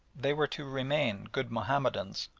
they were to remain good mahomedans,